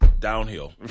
downhill